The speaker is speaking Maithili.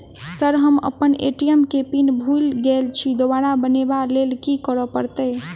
सर हम अप्पन ए.टी.एम केँ पिन भूल गेल छी दोबारा बनाबै लेल की करऽ परतै?